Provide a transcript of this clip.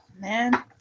man